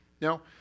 Now